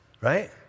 right